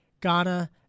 Ghana